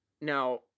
Now